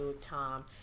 Tom